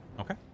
Okay